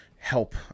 help